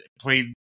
played